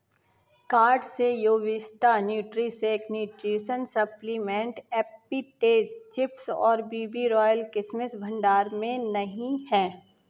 cart से योविस्टा न्यूट्री सेक न्यूट्रीसन सप्लीमेंट एप्पीटैज चिप्स और बी बी रॉयल किशमिश भंडार में नहीं हैं